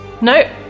No